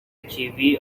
کیوی